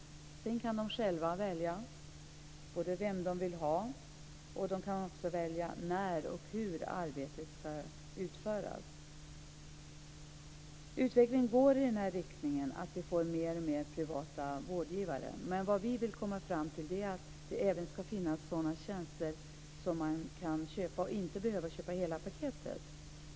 Sedan kan de själva välja både vem de vill ha och när och hur arbetet ska utföras. Utvecklingen går i den här riktningen, dvs. att vi får mer och mer privata vårdgivare. Men vad vi vill komma fram till är att det även ska finnas sådana tjänster som man kan köpa utan att behöva köpa hela paketet.